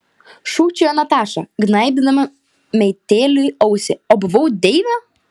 šūkčiojo nataša gnaibydama meitėliui ausį o buvau deivė